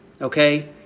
Okay